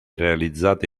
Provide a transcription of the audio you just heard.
realizzate